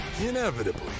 inevitably